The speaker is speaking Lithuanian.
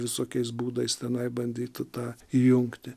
visokiais būdais tenai bandytų tą įjungti